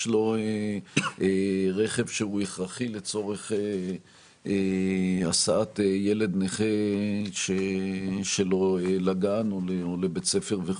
לו רכב שהוא הכרחי לצורך הסעת ילד נכה לגן או לבית הספר.